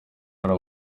hari